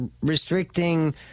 restricting